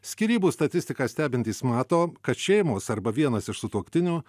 skyrybų statistiką stebintys mato kad šeimos arba vienas iš sutuoktinių